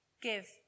Give